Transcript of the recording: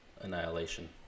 annihilation